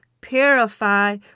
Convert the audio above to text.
purify